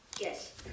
Yes